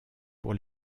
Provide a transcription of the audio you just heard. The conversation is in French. pour